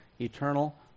eternal